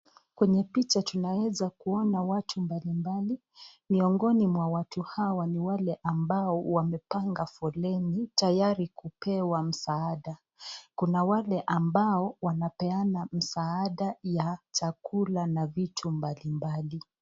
Kwenye picha tunaweza kuona watu mbalimbali, Hawa ni wale ambao wamepanga foleni tayari kupewa msaada, Kuna wale ambao wanapeana msaada kuna msaada ya chakula na vitu